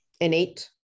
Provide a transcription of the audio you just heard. innate